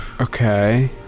Okay